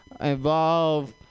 involve